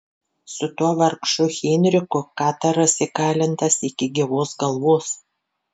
su tuo vargšu henriku kataras įkalintas iki gyvos galvos